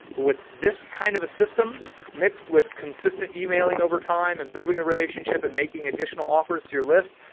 but with this kind of a system mixed with consistent emailing over time and building a relationship and making additional offers to your list,